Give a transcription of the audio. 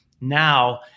now